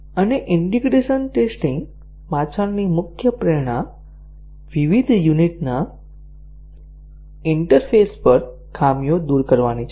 અને integration testing પાછળની મુખ્ય પ્રેરણા વિવિધ યુનિટ ના ઇન્ટરફેસ પર ખામીઓ દૂર કરવાની છે